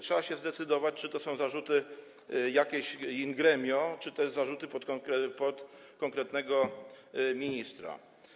Trzeba się zdecydować, czy to są zarzuty jakieś in gremio, czy to są zarzuty pod adresem konkretnego ministra.